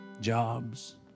jobs